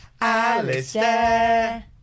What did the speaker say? Alistair